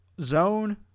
Zone